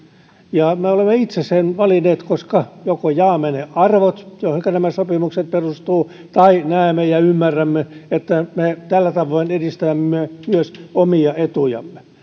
ja me olemme itse sen valinneet koska joko jaamme ne arvot joihin nämä sopimukset perustuvat tai näemme ja ymmärrämme että me tällä tavoin edistämme myös omia etujamme